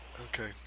Okay